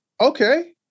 okay